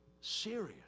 serious